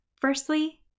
Firstly